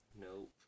Nope